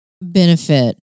benefit